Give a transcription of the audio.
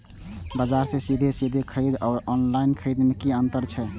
बजार से सीधे सीधे खरीद आर ऑनलाइन खरीद में की अंतर छै?